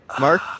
Mark